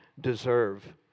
deserve